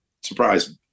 surprising